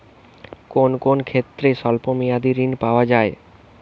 কোন কোন ক্ষেত্রে স্বল্প মেয়াদি ঋণ পাওয়া যায়?